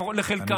לפחות לחלקם,